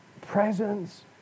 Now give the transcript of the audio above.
presence